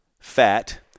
fat